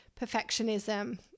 perfectionism